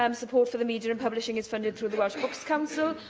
um support for the media and publishing is funded through the welsh books council,